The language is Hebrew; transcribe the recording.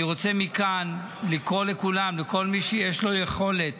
אני רוצה מכאן לקרוא לכולם, לכל מי שיש לו יכולת,